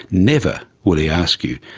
never will he ask you,